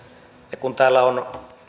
ja kun täällä on